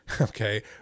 Okay